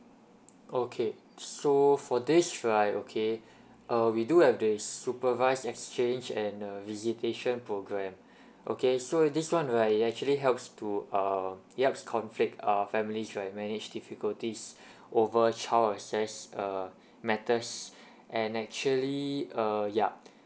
okay so for this right okay uh we do have the supervised exchange and uh visitation programme okay so this one right it actually helps to uh helps conflict uh families right manage difficulties over child access uh matters and actually uh yup